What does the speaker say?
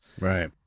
Right